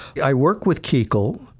i work with kuchel,